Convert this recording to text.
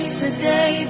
today